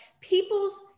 people's